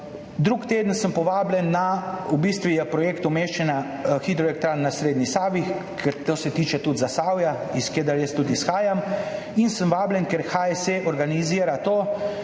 drug teden sem povabljen na [dogodek], v bistvu je projekt umeščanja hidroelektrarn na srednji Savi, ker to se tiče tudi Zasavja, od koder tudi izhajam, in sem vabljen, ker HSE organizira